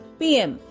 pm